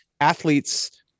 athletes